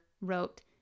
wrote